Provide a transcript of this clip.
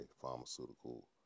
pharmaceutical